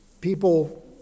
people